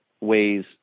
ways